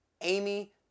Amy